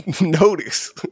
notice